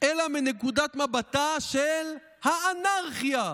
אלא מנקודת מבטה של האנרכיה.",